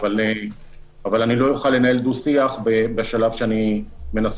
אבל אני לא אוכל לנהל דו-שיח בשלב שאני מנסה